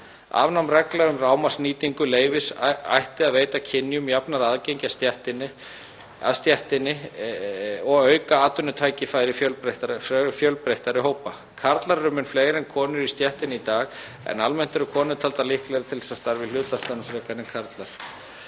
Afnám reglna um hámarksnýtingu leyfis ætti að veita kynjum jafnara aðgengi að stéttinni og auka atvinnutækifæri fjölbreyttari hópa. Karlar eru mun fleiri en konur í stéttinni í dag en almennt eru konur taldar líklegri til að starfa í hlutastörfum en karlar.